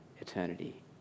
eternity